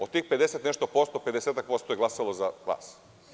Od tih pedeset i nešto posto, pedesetak posto je glasalo za vas.